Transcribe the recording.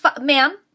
ma'am